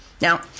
Now